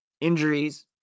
injuries